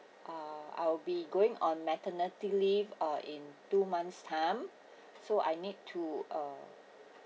ah I will be going on maternity leave uh in two months time so I need to uh